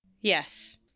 Yes